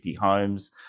homes